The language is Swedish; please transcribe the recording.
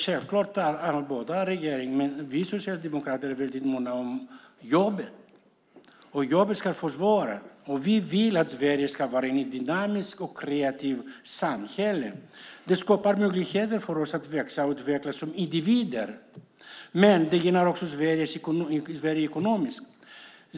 Självklart är både regeringen och vi socialdemokrater väldigt måna om jobben. Jobben ska försvaras. Vi vill att Sverige ska vara ett dynamiskt och kreativt samhälle. Det skapar möjligheter för oss att växa och utvecklas som individer. Men det gynnar också Sverige ekonomiskt.